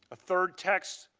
third text,